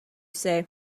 say